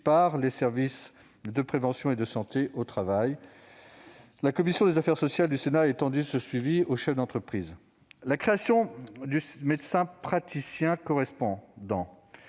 des services de prévention et de santé au travail. La commission des affaires sociales du Sénat a d'ailleurs étendu ce suivi aux chefs d'entreprise. La création d'un médecin praticien correspondant,